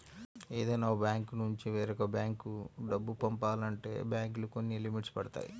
ఏదైనా ఒక బ్యాంకునుంచి వేరొక బ్యేంకు డబ్బు పంపాలంటే బ్యేంకులు కొన్ని లిమిట్స్ పెడతాయి